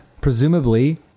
Presumably